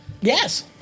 Yes